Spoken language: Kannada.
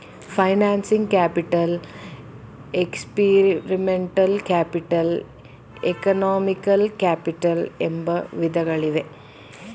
financing capital, experimental capital, economical capital ಎಂಬ ವಿಧಗಳಿವೆ